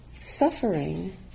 suffering